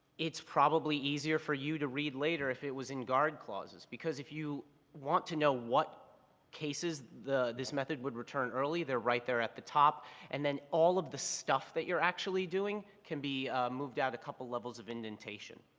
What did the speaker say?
it's probably easier for you to read later if it was in guard clauses, because if you want to know what cases this method would return early they're right there at the top and then all of the stuff that you're actually doing can be moved down a couple levels of indentation.